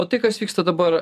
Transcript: o tai kas vyksta dabar